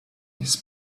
his